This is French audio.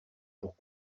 pour